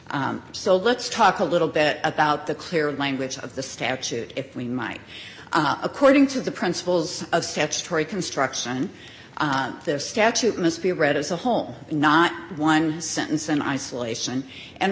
here so let's talk a little bit about the clear language of the statute if we might according to the principles of statutory construction this statute must be read as a home and not one sentence in isolation and